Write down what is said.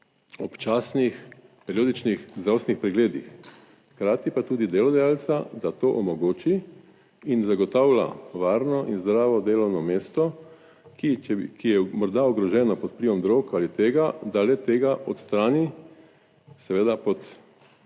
občasnih periodičnih zdravstvenih pregledih, hkrati pa tudi delodajalca, da to omogoči in zagotavlja varno in zdravo delovno mesto, ki je morda ogroženo pod vplivom drog ali tega, da le tega odstrani, seveda pod,